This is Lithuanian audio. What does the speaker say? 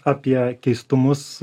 apie keistumus